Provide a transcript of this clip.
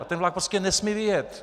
Ten vlak prostě nesmí vyjet!